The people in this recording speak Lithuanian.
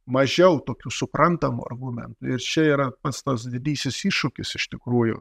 mažiau tokių suprantamų argumentų ir čia yra pats tas didysis iššūkis iš tikrųjų